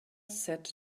said